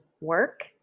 work